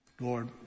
Lord